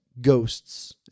ghosts